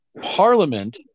Parliament